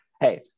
hey